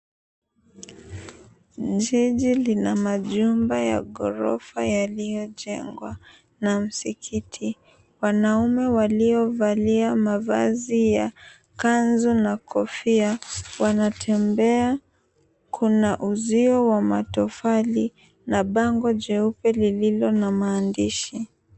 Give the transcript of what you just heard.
Jiji lina majumba ya ghorofa yaliyojengwa na msikiti. Wanaume waliovalia mavazi ya kanzu na kofia, wanatembea. Kuna uzio wa matofali na bango jeupe lililo na maandishi.